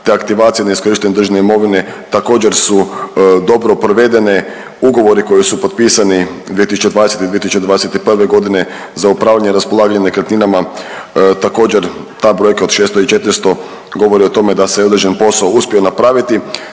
te aktivacija neiskorištene državne imovine također su dobro provedene. Ugovori koji su potpisani 2020. i 2021. za upravljanje i raspolaganje nekretninama također ta brojka od 600 i 400 govori o tome da se određen posao uspio napraviti.